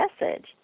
message